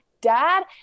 dad